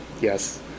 Yes